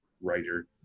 writer